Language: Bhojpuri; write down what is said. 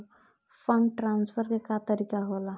फंडट्रांसफर के का तरीका होला?